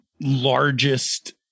largest